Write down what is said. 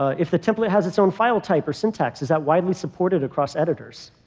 if the template has its own file type or syntax, is that widely supported across editors?